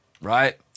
right